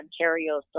Ontario